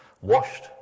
washed